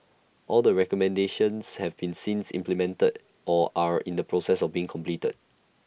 all the recommendations have been since implemented or are in the process of being completed